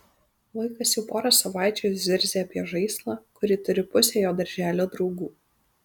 vaikas jau porą savaičių zirzia apie žaislą kurį turi pusė jo darželio draugų